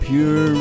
Pure